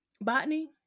Botany